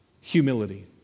Humility